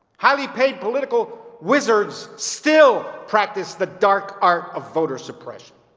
highly-paid political wizards still practice the dark art of voter suppression.